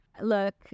Look